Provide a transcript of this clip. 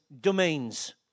domains